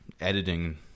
editing